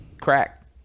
crack